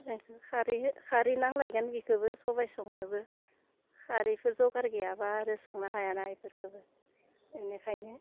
बेखौ खारै खारै नांलायगोन बिखौबो सबाइ संनोबो खारैखौ जगार गैयाबा आरो संनो हायाना बेफोरखौबो बेनिखायनो